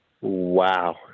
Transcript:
Wow